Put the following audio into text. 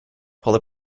paula